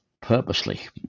purposely